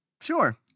Sure